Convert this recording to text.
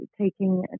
taking